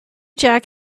jack